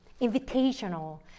invitational